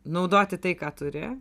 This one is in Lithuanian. naudoti tai ką turi